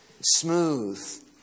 smooth